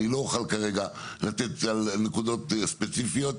אני לא אוכל כרגע לתת על נקודות ספציפיות,